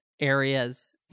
areas